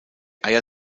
eier